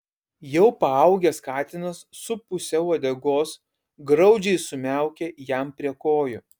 jau paaugęs katinas su puse uodegos graudžiai sumiaukė jam prie kojų